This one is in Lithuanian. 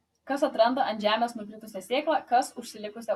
kas atranda ant žemės nukritusią sėklą kas užsilikusią uogą